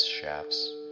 shafts